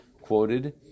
quoted